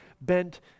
bent